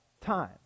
time